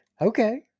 okay